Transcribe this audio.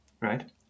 right